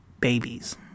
babies